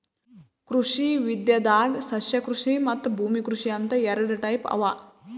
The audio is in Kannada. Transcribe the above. ಕೃಷಿ ವಿದ್ಯೆದಾಗ್ ಸಸ್ಯಕೃಷಿ ಮತ್ತ್ ಭೂಮಿ ಕೃಷಿ ಅಂತ್ ಎರಡ ಟೈಪ್ ಅವಾ